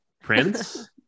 Prince